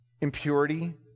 impurity